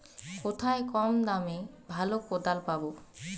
কোথায় কম দামে ভালো কোদাল পাব?